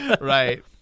Right